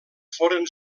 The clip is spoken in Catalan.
foren